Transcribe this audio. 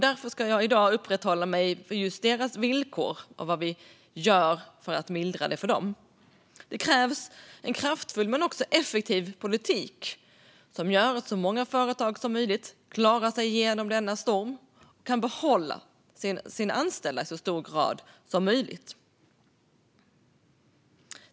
Därför ska jag i dag uppehålla mig vid just deras villkor och vad vi gör för att mildra detta för dem. Det krävs en kraftfull och effektiv politik som gör att så många företag som möjligt klarar sig igenom denna storm och kan behålla sina anställda i så hög grad som möjligt.